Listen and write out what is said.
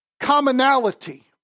Commonality